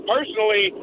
Personally